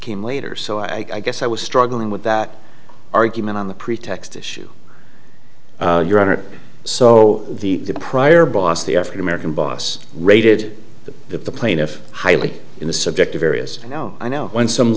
came later so i guess i was struggling with that argument on the pretext issue your honor so the prior boss the african american boss rated the plaintiff highly in a subjective areas you know i know when some